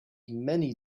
many